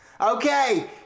Okay